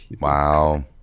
Wow